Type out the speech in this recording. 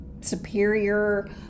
superior